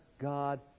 God